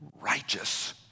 Righteous